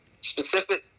Specific